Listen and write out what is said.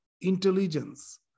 intelligence